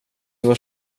var